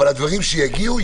אבל הדברים שיגיעו,